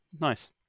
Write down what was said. Nice